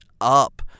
up